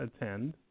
attend